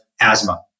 asthma